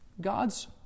God's